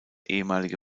ehemalige